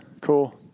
cool